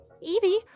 Evie